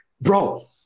bro